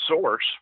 source